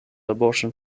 abortion